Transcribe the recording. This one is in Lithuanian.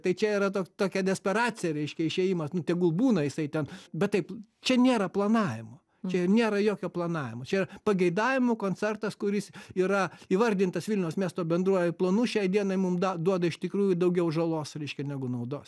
tai čia yra toks tokia desperacija reiškia išėjimas nu tegul būna jisai ten bet taip čia nėra planavimo čia nėra jokio planavimo čia pageidavimų koncertas kuris yra įvardintas vilniaus miesto bendruoju planu šiai dienai mum duoda iš tikrųjų daugiau žalos reiškia negu naudos